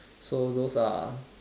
so those are